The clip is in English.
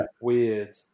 weird